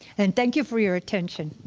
and thank you for your attention.